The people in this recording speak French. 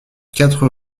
quatre